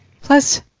Plus